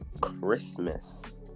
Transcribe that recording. Christmas